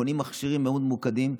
קונים מכשירים מאוד ממוקדים,